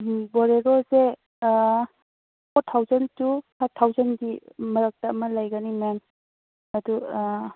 ꯎꯝ ꯕꯣꯂꯦꯔꯣꯁꯦ four thousand two ꯐꯥꯏꯕ ꯊꯥꯎꯖꯟꯒꯤ ꯃꯔꯛꯇ ꯑꯃ ꯂꯩꯒꯅꯤ ꯃꯦꯝ ꯑꯗꯨ